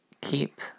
keep